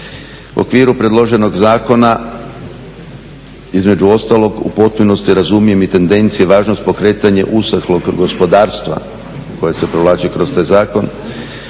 okviru predloženog zakona između ostalog u potpunosti razumijem i tendenciju važnosti pokretanja ushalog gospodarstva koje se provlači kroz taj zakon,